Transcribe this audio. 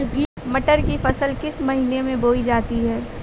मटर की फसल किस महीने में बोई जाती है?